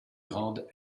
grande